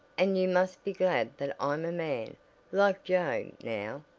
and you must be glad that i'm a man, like joe, now,